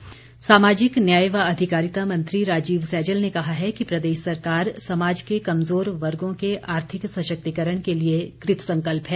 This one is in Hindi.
राजीव सैजल सामाजिक न्याय व अधिकारिता मंत्री राजीव सैजल ने कहा है कि प्रदेश सरकार समाज के कमजोर वर्गों के आर्थिक सशक्तिकरण के लिए कृतसंकल्प है